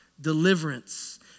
deliverance